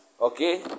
okay